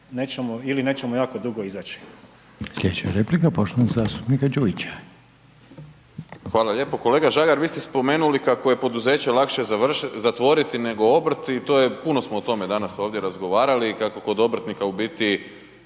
nećemo ili nećemo jako dugo izaći. **Reiner, Željko (HDZ)** Sljedeća replika poštovanog zastupnika Đujića. **Đujić, Saša (SDP)** Hvala lijepo. Kolega Žagar, vi ste spomenuli kako je poduzeće lakše zatvoriti nego obrt i puno smo o tome danas ovdje razgovarali kako kod obrtnika u biti